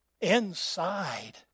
inside